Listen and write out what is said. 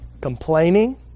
complaining